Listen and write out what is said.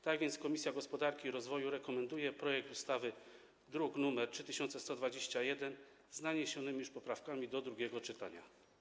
Tak więc Komisja Gospodarki i Rozwoju rekomenduje projekt ustawy, druk nr 3121, z naniesionymi już poprawkami do drugiego czytania.